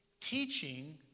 teaching